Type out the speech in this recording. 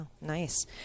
Nice